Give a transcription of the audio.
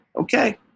okay